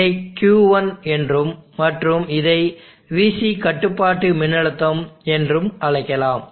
இதை Q1 என்றும் மற்றும் இதை VC கட்டுப்பாட்டு மின்னழுத்தம் என்றும் அழைக்கலாம்